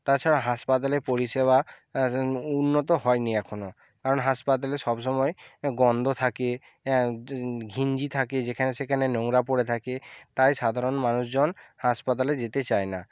তাছাড়াও হাসপাতালের পরিষেবা উন্নত হয় নি এখনও কারণ হাসপাতালে সব সময় গন্ধও থাকে ঘিঞ্জি থাকে যেখানে সেখানে নোংরা পড়ে থাকে তাই সাধারণ মানুষজন হাসপাতালে যেতে চায় না